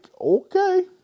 okay